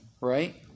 Right